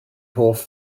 hoff